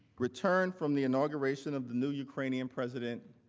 returned from the inauguration of the new ukrainian president,